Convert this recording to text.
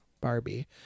Barbie